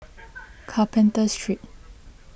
Carpenter Street